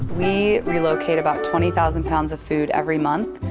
we relocate about twenty thousand pounds of food every month.